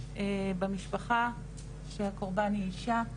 במשפחה שהקורבן היא אישה,